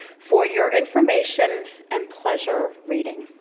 for your information and pleasure reading.